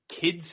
Kids